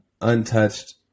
untouched